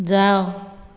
ଯାଅ